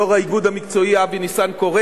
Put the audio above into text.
יו"ר האיגוד המקצועי אבי ניסנקורן,